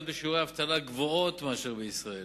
בשיעורי האבטלה גבוהות מאשר בישראל.